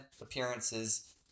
appearances